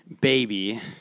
baby